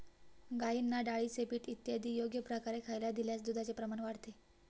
गाईंना डाळीचे पीठ इत्यादी योग्य प्रकारे खायला दिल्यास दुधाचे प्रमाण वाढते